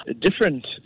different